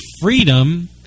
freedom